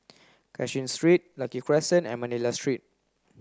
Cashin Street Lucky Crescent and Manila Street